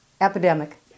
Epidemic